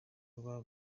aba